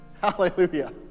hallelujah